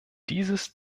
dieses